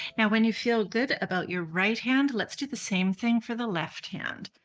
now when you feel good about your right hand let's do the same thing for the left hand.